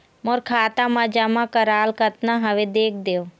मोर खाता मा जमा कराल कतना हवे देख देव?